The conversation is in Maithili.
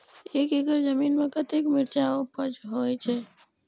एक एकड़ जमीन में कतेक मिरचाय उपज होई छै?